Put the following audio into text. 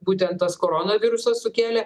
būtent tas corona virusas sukėlė